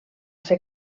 ser